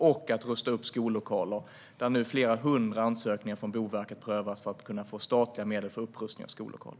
Nu prövar Boverket flera hundra ansökningar om att få statliga medel för upprustning av skollokaler.